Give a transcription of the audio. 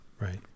Right